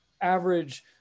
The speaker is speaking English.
average